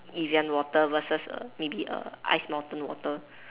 Evian water versus err maybe err Ice-Mountain water